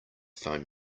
phone